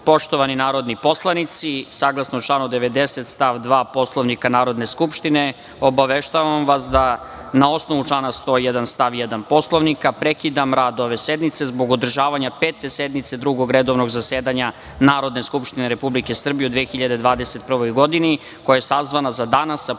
Zukorliću. Poštovani narodni poslanici, saglasno članu 90. stav 2. Poslovnika Narodne skupštine, obaveštavam vas da, na osnovu člana 101. stav 1. Poslovnika, prekidam rad ove sednice, zbog održavanja Pete sednice Drugog redovnog zasedanja Narodne skupštine Republike Srbije u 2021. godini, koja je sazvana za danas, sa početkom